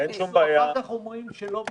אחר כך אומרים שלא בודקים.